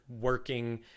working